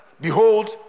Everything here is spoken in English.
behold